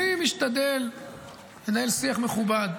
אני משתדל לנהל שיח מכובד.